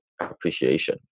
appreciation